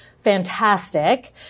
fantastic